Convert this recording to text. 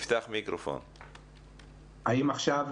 תודה רבה.